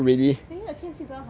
今天的天气真好 orh